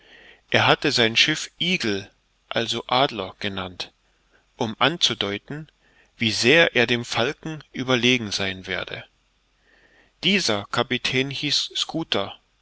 er hatte sein schiff eagle adler genannt um anzudeuten wie sehr er dem falken überlegen sein werde dieser kapitän hieß schooter